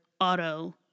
auto